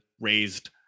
raised